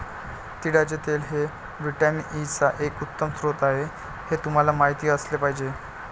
तिळाचे तेल हे व्हिटॅमिन ई चा एक उत्तम स्रोत आहे हे तुम्हाला माहित असले पाहिजे